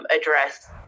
address